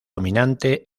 dominante